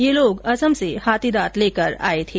ये लोग आसाम से हाथीदांत लेकर आये थे